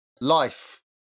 life